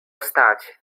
stać